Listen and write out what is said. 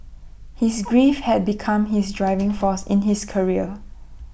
his grief had become his driving force in his career